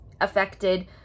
affected